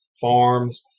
farms